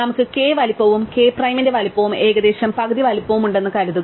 നമുക്ക് k വലിപ്പവും k പ്രൈമിന്റെ വലുപ്പവും ഏകദേശം പകുതി വലുപ്പമുണ്ടെന്ന് കരുതുക